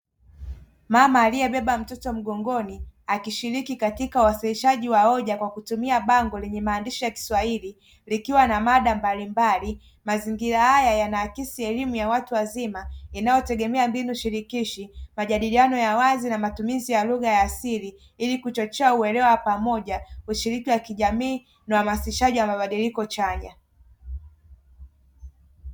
Mama aliyebeba mtoto mgongoni akishiriki katika uwasilishaji wa hoja kwa kutumia bango lenye maandishi ya kiswahili likiwa na mada mbalimbali. Mazingira haya yanaakisi elimu ya watu wazima inayotegemea mbinu shirikishi, majadiliano ya wazi na matumizi ya lugha ya asili ili kuchochea uelewa ushiriki wa kijamii na uhamasishaji wa mabadiliko chanya.